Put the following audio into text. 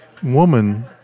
Woman